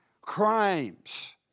Crimes